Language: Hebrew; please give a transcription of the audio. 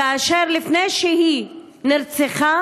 כאשר לפני שהיא נרצחה